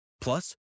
Plus